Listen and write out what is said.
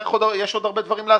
יש עוד דברים לעשות,